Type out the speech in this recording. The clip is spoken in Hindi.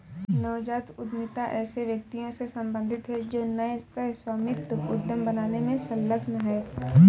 नवजात उद्यमिता ऐसे व्यक्तियों से सम्बंधित है जो नए सह स्वामित्व उद्यम बनाने में संलग्न हैं